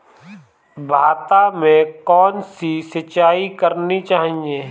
भाता में कौन सी सिंचाई करनी चाहिये?